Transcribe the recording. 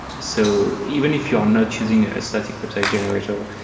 so even if you are not choosing a static website generator,